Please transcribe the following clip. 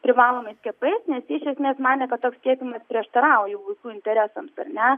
privalomi skiepai nes jie iš esmės manė kad toks skiepijimas prieštarauja vaikų interesams ar ne